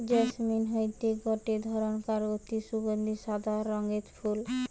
jasmine হতিছে গটে ধরণকার অতি সুগন্ধি সাদা রঙের ফুল